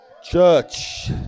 Church